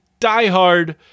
diehard